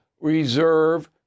reserve